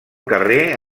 carrer